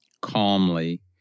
calmly